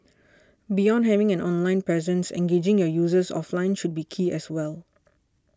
beyond having an online presence engaging your users offline should be key as well